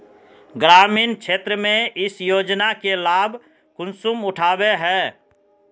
ग्रामीण क्षेत्र में इस योजना के लाभ कुंसम उठावे है?